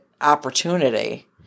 opportunity